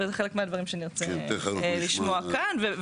וזה חלק מהדברים שנרצה לשמוע כאן,